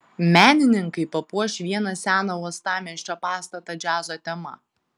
menininkai papuoš vieną seną uostamiesčio pastatą džiazo tema